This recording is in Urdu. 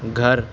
گھر